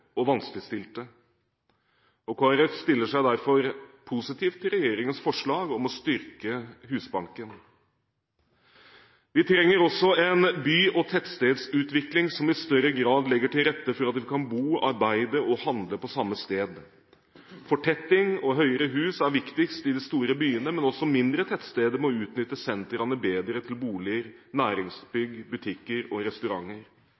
og vanskeligstilte. Kristelig Folkeparti stiller seg derfor positiv til regjeringens forslag om å styrke Husbanken. Vi trenger også en by- og tettstedsutvikling som i større grad legger til rette for at man kan bo, arbeide og handle på samme sted. Fortetting og høyere hus er viktigst i de store byene, men også mindre tettsteder må utnytte sentraene bedre til boliger, næringsbygg, butikker og restauranter.